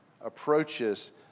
approaches